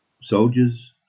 Soldiers